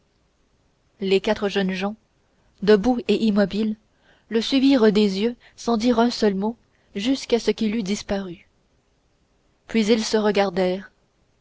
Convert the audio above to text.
les quatre jeunes gens debout et immobiles le suivirent des yeux sans dire un seul mot jusqu'à ce qu'il eût disparu puis ils se